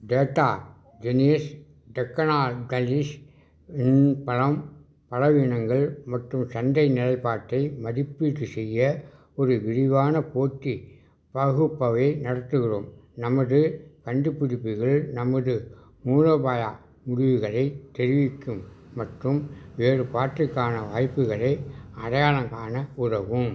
data Genius Technologies இன் பலம் பலவீனங்கள் மற்றும் சந்தை நிலைப்பாட்டை மதிப்பீடு செய்ய ஒரு விரிவானப் போட்டி பகுப்பவை நடத்துகிறோம் நமது கண்டுபிடிப்புகள் நமது மூலோபாய முடிவுகளைத் தெரிவிக்கும் மற்றும் வேறுபாட்டிற்கான வாய்ப்புகளை அடையாளம் காண உதவும்